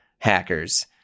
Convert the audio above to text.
Hackers